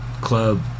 club